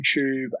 youtube